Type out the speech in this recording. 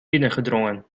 binnengedrongen